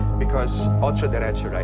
because otso diretso, right?